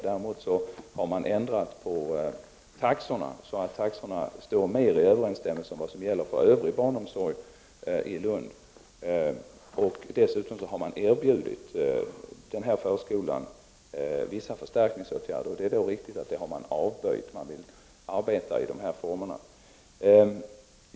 Däremot har man ändrat taxorna så att de är mer i överensstämmelse med vad som gäller för övrig barnomsorg i Lund. Dessutom har man erbjudit förskolan vissa förstärkningsåtgärder. Det är riktigt att man har avböjt detta och vill fortsätta att arbeta i nuvarande former.